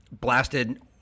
blasted